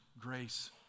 grace